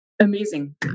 amazing